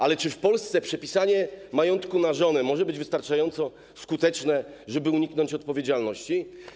Ale czy w Polsce przepisanie majątku na żonę może być wystarczająco skuteczne, żeby uniknąć odpowiedzialności?